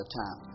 time